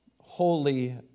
holy